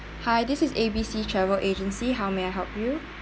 hi this is A_B_C travel agency how may I help you